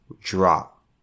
drop